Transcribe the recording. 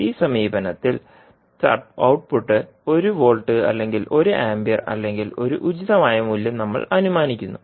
ഈ സമീപനത്തിൽ ഔട്ട്പുട്ട് ഒരു വോൾട്ട് അല്ലെങ്കിൽ ഒരു ആമ്പിയർ അല്ലെങ്കിൽ ഒരു ഉചിതമായ മൂല്യം നമ്മൾ അനുമാനിക്കുന്നു